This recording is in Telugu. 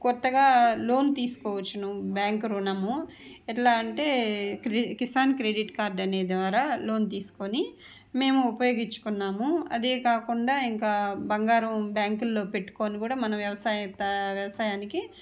కొత్తగా లోన్ తీసుకోవచ్చు బ్యాంకు రుణము ఎట్లా అంటే క్రి కిసాన్ క్రెడిట్ కార్డ్ అనే ద్వారా లోన్ తీసుకొని మేము ఉపయోగించుకున్నాము అది కాకుండా ఇంకా బంగారం బ్యాంకులలో పెట్టుకుని కూడా మనం వ్యవసాయ వ్యవసాయానికి